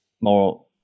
more